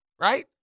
Right